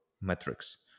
metrics